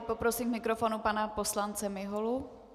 Poprosím k mikrofonu pana poslance Miholu.